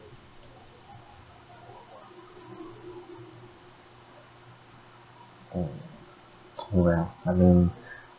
mm orh well I mean